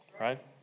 right